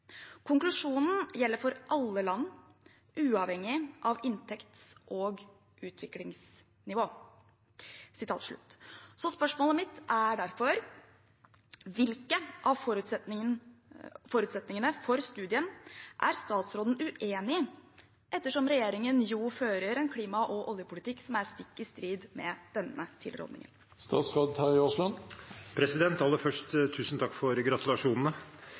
Konklusjonen gjelder for alle land, uavhengig av inntekts- og utviklingsnivå». Hvilke av forutsetningene for studien er statsråden uenig i, ettersom regjeringen fører en klima- og oljepolitikk som er stikk i strid med denne tilrådingen?» Aller først: Tusen takk for